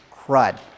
Crud